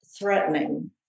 threatening